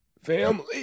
family